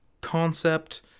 concept